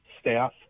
staff